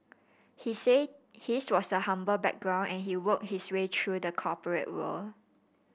he said his was a humble background and he worked his way through the corporate world